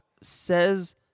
says